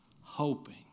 hoping